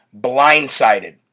blindsided